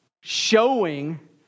showing